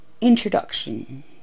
introduction